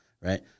right